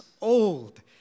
old